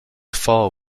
fall